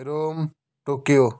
Rome Tokyo